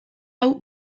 hau